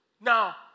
Now